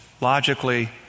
logically